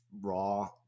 raw